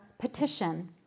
petition